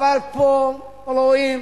אבל פה רואים